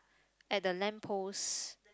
at the lamp post